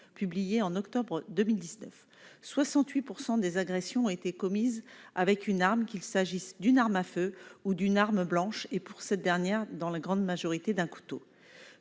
publié en octobre 2019 68 % des agressions ont été commises avec une arme, qu'il s'agisse d'une arme à feu ou d'une arme blanche et pour cette dernière, dans la grande majorité d'un couteau